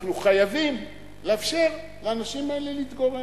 אנחנו חייבים לאפשר לאנשים האלה להתגורר.